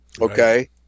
okay